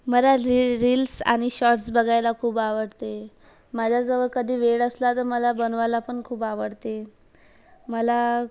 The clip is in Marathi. मला री रील्स आणि शॉर्ट्स बघायला खूप आवडते मला जेव्हा कधी वेळ असला तर मला बनवायला पण खूप आवडते मला